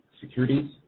Securities